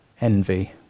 envy